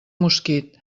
mosquit